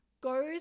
goes